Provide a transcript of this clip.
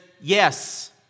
yes